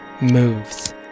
moves